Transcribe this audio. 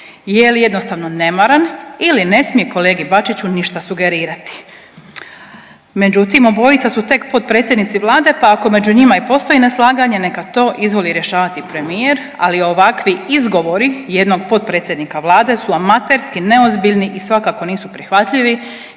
Je li jednostavno nemaran ili ne smije kolegi Bačiću ništa sugerirati? Međutim, obojica tu tek potpredsjednici Vlade, pa ako među njima i ne postoji neslaganje, neka to izvoli rješavati premijer, ali ovakvi izgovori jednog potpredsjednika Vlade su amaterski, neozbiljni i svakako nisu prihvatljivi